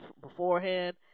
beforehand